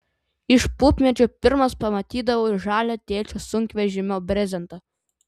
iš pupmedžio pirmas pamatydavau žalią tėčio sunkvežimio brezentą